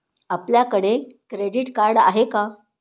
आपल्याकडे credit card आहे का?